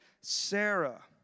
Sarah